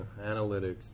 analytics